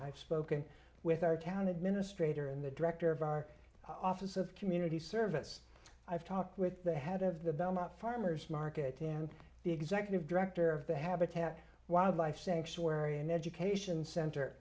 i've spoken with our town administrator and the director of our office of community service i've talked with the head of the belmont farmer's market in the executive director of the habitat wildlife sanctuary and education center